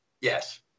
Yes